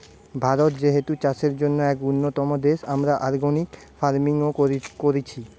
ভারত যেহেতু চাষের জন্যে এক উন্নতম দেশ, আমরা অর্গানিক ফার্মিং ও কোরছি